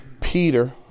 Peter